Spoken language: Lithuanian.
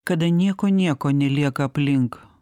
kada nieko nieko nelieka aplink